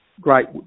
great